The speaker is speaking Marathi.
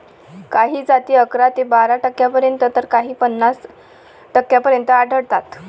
काही जाती अकरा ते बारा टक्क्यांपर्यंत तर काही पन्नास टक्क्यांपर्यंत आढळतात